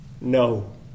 No